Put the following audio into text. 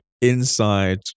inside